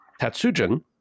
Tatsujin